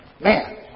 man